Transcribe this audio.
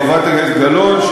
חברת הכנסת גלאון,